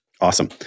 Awesome